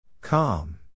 Calm